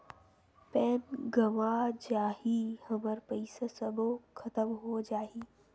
Pan गंवा जाही हमर पईसा सबो खतम हो जाही?